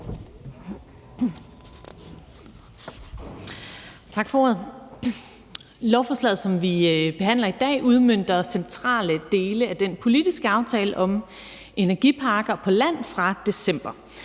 Tak for ordet. Lovforslaget, som vi behandler i dag, udmønter centrale dele af den politiske aftale fra december om energiparker på land. Her